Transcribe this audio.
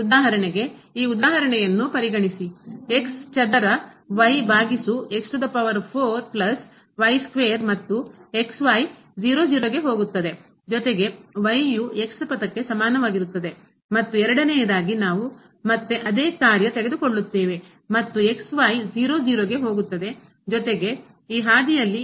ಉದಾಹರಣೆಗೆ ಈ ಉದಾಹರಣೆಯನ್ನು ಪರಿಗಣಿಸಿ ಚದರ ಭಾಗಿಸು 4 ಪ್ಲಸ್ ಸ್ಕ್ವೇರ್ ಮತ್ತು ಜೊತೆಗೆ ಯು ಪಥಕ್ಕೆ ಸಮಾನವಾಗಿರುತ್ತದೆ ಮತ್ತು ಎರಡನೆಯದಾಗಿ ನಾವು ಮತ್ತೆ ಅದೇ ಕಾರ್ಯ ತೆಗೆದುಕೊಳ್ಳುತ್ತೇವೆ ಮತ್ತು ಗೆ ಹೋಗುತ್ತದೆ ಜೊತೆಗೆ ಈ ಹಾದಿಯಲ್ಲಿ ಚದರಕ್ಕೆ ಸಮಾನವಾಗಿರುತ್ತದೆ